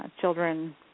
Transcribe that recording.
children